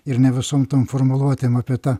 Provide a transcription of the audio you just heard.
ir ne visom tom formuluotėm apie tą